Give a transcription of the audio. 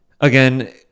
again